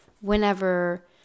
whenever